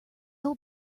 old